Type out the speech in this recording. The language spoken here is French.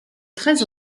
treize